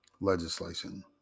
legislation